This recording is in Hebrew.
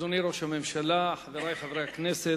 אדוני ראש הממשלה, חברי חברי הכנסת,